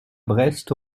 brest